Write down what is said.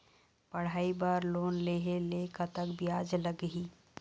पढ़ई बर लोन लेहे ले कतक ब्याज लगही?